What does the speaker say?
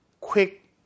quick